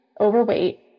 overweight